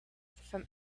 from